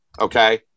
okay